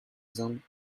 zone